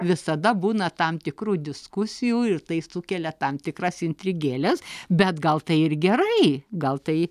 visada būna tam tikrų diskusijų ir tai sukelia tam tikras intrigėles bet gal tai ir gerai gal tai